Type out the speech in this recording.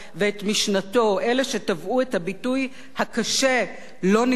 אלה שטבעו את הביטוי הקשה "לא נשכח ולא נסלח".